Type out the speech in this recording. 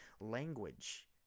Language